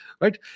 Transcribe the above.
right